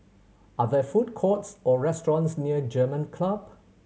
are there food courts or restaurants near German Club